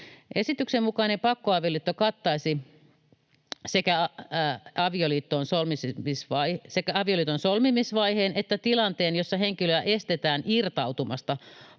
Esityksen mukainen pakkoavioliitto kattaisi sekä avioliiton solmimisvaiheen että tilanteen, jossa henkilöä estetään irtautumasta